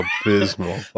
abysmal